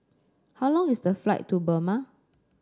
how long is the flight to Burma